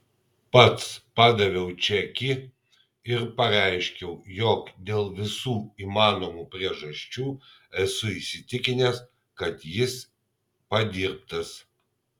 pats padaviau čekį ir pareiškiau jog dėl visų įmanomų priežasčių esu įsitikinęs kad jis padirbtas